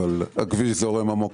אבל הכביש זורם עמוק,